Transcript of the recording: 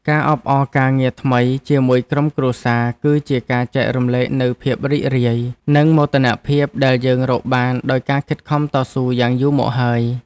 ការអបអរការងារថ្មីជាមួយក្រុមគ្រួសារគឺជាការចែករំលែកនូវភាពរីករាយនិងមោទនភាពដែលយើងរកបានដោយការខិតខំតស៊ូយ៉ាងយូរមកហើយ។